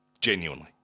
Genuinely